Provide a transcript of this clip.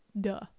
Duh